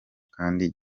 kandi